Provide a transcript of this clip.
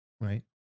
right